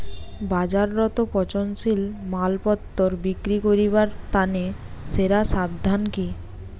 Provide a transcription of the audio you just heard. বাজারত পচনশীল মালপত্তর বিক্রি করিবার তানে সেরা সমাধান কি?